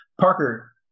Parker